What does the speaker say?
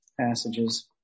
passages